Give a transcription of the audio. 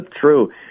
True